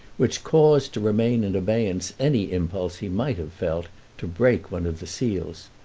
which caused to remain in abeyance any impulse he might have felt to break one of the seals.